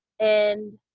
and